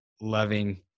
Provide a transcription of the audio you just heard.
loving